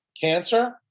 cancer